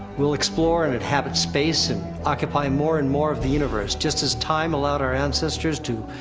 we'll explore and inhabit space, and occupy more and more of the universe, just as time allowed our ancestors to.